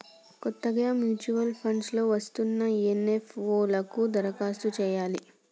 కొత్తగా mutual funds లో వస్తున్న ఎన్.ఎఫ్.ఓ లకు దరఖాస్తు చేయాలి